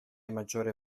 maggiore